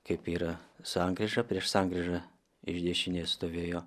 kaip yra sankryžą prieš sankryžą iš dešinės stovėjo